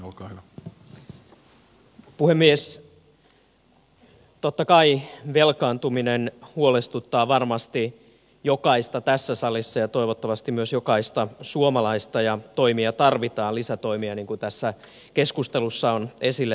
totta kai velkaantuminen huolestuttaa varmasti jokaista tässä salissa ja toivottavasti myös jokaista suomalaista ja lisätoimia tarvitaan niin kuin tässä keskustelussa on esille tullut